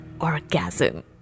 orgasm